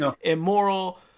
immoral